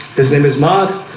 his name is maude.